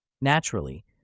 Naturally